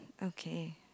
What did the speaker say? okay